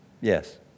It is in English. Yes